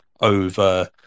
over